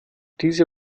diese